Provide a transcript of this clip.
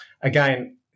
again